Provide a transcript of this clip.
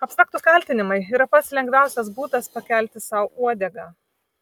abstraktūs kaltinimai yra pats lengviausias būdas pakelti sau uodegą